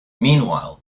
meanwhile